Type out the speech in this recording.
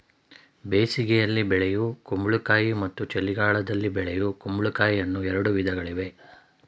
ಬೇಸಿಗೆಯಲ್ಲಿ ಬೆಳೆಯೂ ಕುಂಬಳಕಾಯಿ ಮತ್ತು ಚಳಿಗಾಲದಲ್ಲಿ ಬೆಳೆಯೂ ಕುಂಬಳಕಾಯಿ ಅನ್ನೂ ಎರಡು ವಿಧಗಳಿವೆ